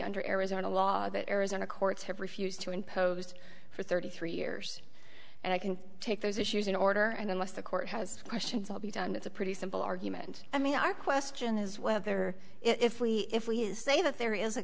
under arizona law that arizona courts have refused to imposed for thirty three years and i can take those issues in order and unless the court has questions i'll be done it's a pretty simple argument i mean our question is whether if we if we say that there is a